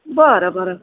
बरं बरं